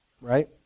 right